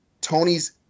Tony's